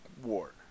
war